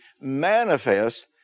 manifest